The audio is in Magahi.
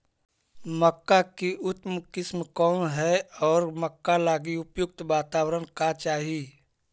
मक्का की उतम किस्म कौन है और मक्का लागि उपयुक्त बाताबरण का चाही?